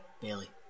Bailey